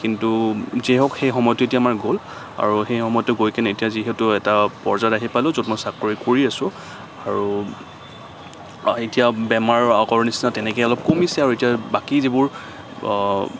কিন্তু যি হওঁক সেই সময়তো এতিয়া আমাৰ গ'ল সেই সময়তো গৈকেনে এতিয়া যিহেতু এটা পৰ্যায়ত আহি পালোঁ য'ত মই চাকৰি কৰি আছোঁ আৰু এতিয়া বেমাৰো আগৰ নিচিনা তেনেকে অলপ কমিছে আৰু এতিয়া বাকী যিবোৰ অঁ